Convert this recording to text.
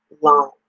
long